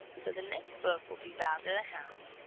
so the next book will be bowser the hound.